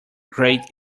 great